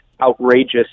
outrageous